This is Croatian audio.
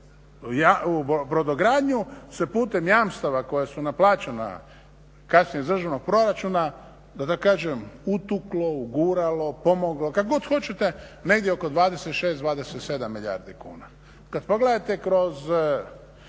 u brodogradnju se putem jamstava koja su naplaćena kasnije iz državnog proračuna da tako kažem utuklo, uguralo, pomoglo, kako god hoćete negdje oko 26, 27 milijardi kuna. Kad pogledate kroz